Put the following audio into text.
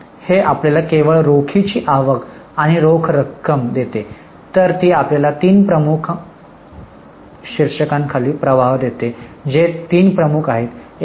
हे आपल्याला केवळ रोखीची आवक आणि रोख रक्कम देते तर ती आपल्याला तीन प्रमुखांखाली ती प्रवाह देते जे तीन प्रमुख आहेत काय